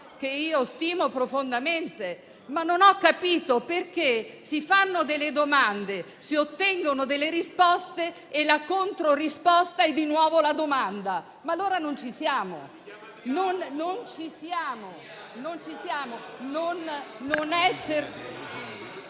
che io stimo profondamente. Ma non ho capito perché si fanno delle domande, si ottengono delle risposte e la controrisposta è di nuovo la domanda. Allora, non ci siamo: non è certamente